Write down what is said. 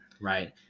right